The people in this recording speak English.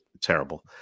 Terrible